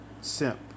simp